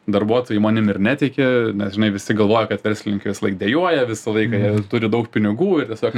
darbuotojai manim ir netiki nes žinai visi galvoja kad verslininkai visą laik dejuoja visą laiką jie turi daug pinigų ir tiesiog